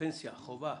פנסיה חובה.